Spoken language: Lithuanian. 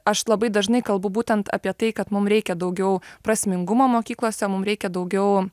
aš labai dažnai kalbu būtent apie tai kad mum reikia daugiau prasmingumo mokyklose mum reikia daugiau